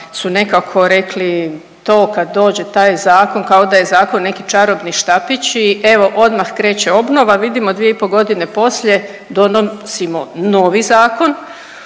su nekako rekli to kad dođe taj Zakon, kao da je zakon neki čarobni štapić i evo odmah kreće obnova, vidimo 2,5 godine poslije donosimo novi zakon